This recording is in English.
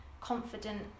confident